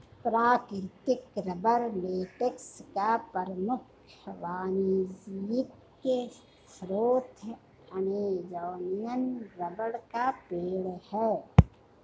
प्राकृतिक rubber latex का प्रमुख वाणिज्यिक स्रोत अमेज़ॅनियन रबर का पेड़ है